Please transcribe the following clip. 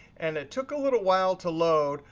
and it took a little while to load,